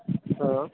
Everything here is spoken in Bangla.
হ্যাঁ